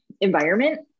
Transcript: environment